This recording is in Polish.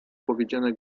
powiedziane